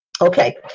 Okay